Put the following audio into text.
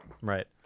Right